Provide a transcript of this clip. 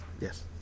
yes